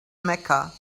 mecca